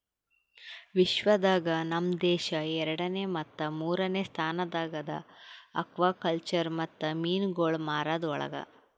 ವಿಶ್ವ ದಾಗ್ ನಮ್ ದೇಶ ಎರಡನೇ ಮತ್ತ ಮೂರನೇ ಸ್ಥಾನದಾಗ್ ಅದಾ ಆಕ್ವಾಕಲ್ಚರ್ ಮತ್ತ ಮೀನುಗೊಳ್ ಮಾರದ್ ಒಳಗ್